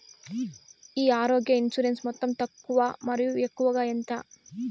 ఈ ఆరోగ్య ఇన్సూరెన్సు మొత్తం తక్కువ మరియు ఎక్కువగా ఎంత?